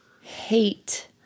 hate